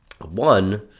One